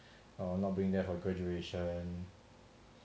uh not being there for graduation